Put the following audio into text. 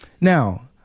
Now